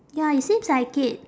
ya it seems like it